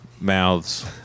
Mouths